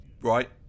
Right